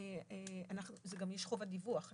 גם יש חובת דיווח.